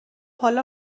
حالا